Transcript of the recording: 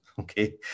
Okay